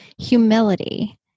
humility